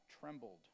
trembled